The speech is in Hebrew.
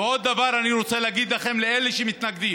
ועוד דבר אני רוצה להגיד לכם, לאלה שמתנגדים: